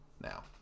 now